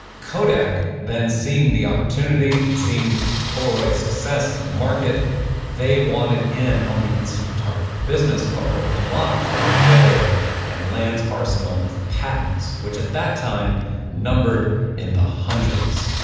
kodak then seeing the opportunity and seeing polaroid success in the market they wanted in on the instant photography business, but were blocked by polaroid and land's arsenal of patents, which at that time numbered in the hundreds.